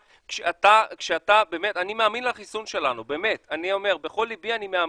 אני מאמין בחיסון שלנו בכל ליבי.